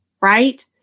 right